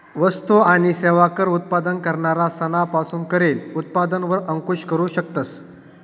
वस्तु आणि सेवा कर उत्पादन करणारा सना पासून करेल उत्पादन वर अंकूश करू शकतस